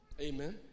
Amen